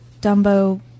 Dumbo